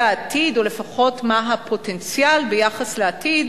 העתיד או לפחות מה הפוטנציאל ביחס לעתיד,